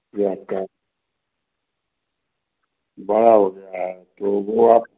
या आपका बड़ा हो गया है तो वह आप